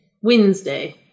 Wednesday